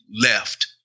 left